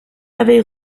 avait